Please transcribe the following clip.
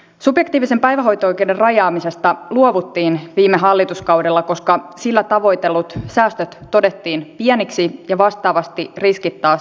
subjektiivisen päivähoito oikeuden rajaamisesta luovuttiin viime hallituskaudella koska sillä tavoitellut säästöt todettiin pieniksi ja vastaavasti riskit taas suuriksi